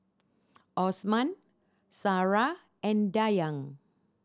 Osman Sarah and Dayang